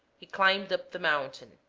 he climbed up the mountain.